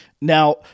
Now